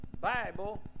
Bible